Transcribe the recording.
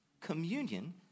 communion